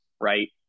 right